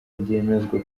byemezwa